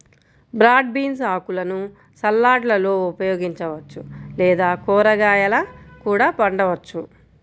broad beans ఆకులను సలాడ్లలో ఉపయోగించవచ్చు లేదా కూరగాయలా కూడా వండవచ్చు